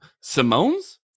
Simone's